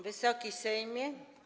Wysoki Sejmie!